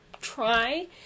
try